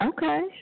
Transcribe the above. Okay